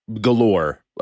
galore